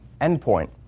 endpoint